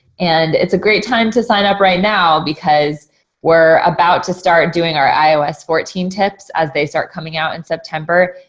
and it's a great time to sign up right now because we're about to start doing our ios fourteen tips as they start coming out in september.